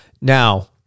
now